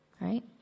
right